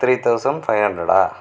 three thousand five ஹண்ட்ரடா